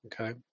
okay